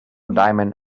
diamond